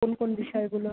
কোন কোন বিষয়গুলো